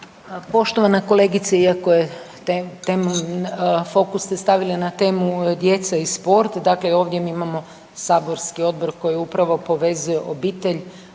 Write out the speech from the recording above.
Poštovana kolegice. Iako ste fokus stavili na temu djece i sport, dakle mi ovdje imamo saborski odbor koji upravo povezuje obitelj,